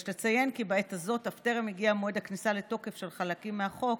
יש לציין כי בעת הזאת אף טרם הגיע מועד הכניסה לתוקף של חלקים מהחוק,